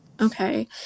Okay